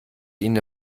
ihnen